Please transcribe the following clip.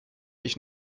ich